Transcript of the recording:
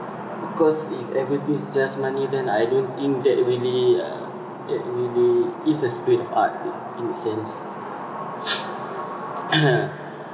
because if everything is just money then I don't think that really uh that really is a spirit of art in a sense